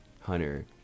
Hunter